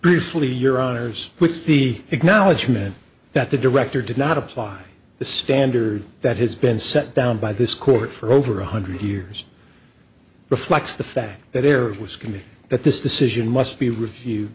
briefly your honour's with the acknowledgement that the director did not apply the standard that has been set down by this court for over one hundred years reflects the fact that there was committee that this decision must be reviewed